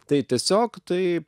tai tiesiog tai